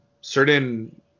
certain